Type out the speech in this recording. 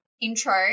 intro